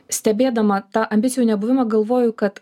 stebėdama tą ambicijų nebuvimą galvoju kad